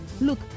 Look